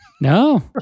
No